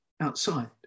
outside